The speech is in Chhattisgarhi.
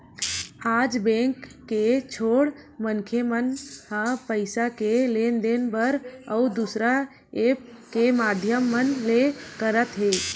आज बेंक के छोड़ मनखे मन ह पइसा के लेन देन बर अउ दुसर ऐप्स के माधियम मन ले करत हे